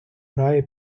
грає